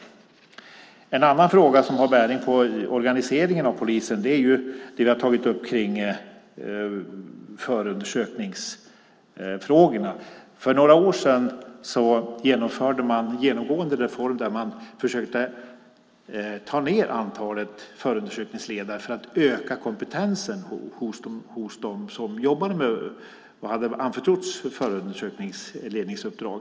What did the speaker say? En annan fråga med bäring på organiseringen av polisen är det vi tagit upp om förundersökningar. För några år sedan genomförde man en genomgående reform. Man försökte där få ned antalet förundersökningsledare för att öka kompetensen hos dem som jobbar med och som har anförtrotts förundersökningsledningsuppdrag.